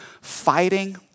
Fighting